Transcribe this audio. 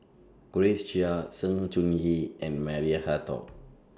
Grace Chia Sng Choon Yee and Maria Hertogh